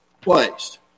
placed